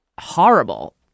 horrible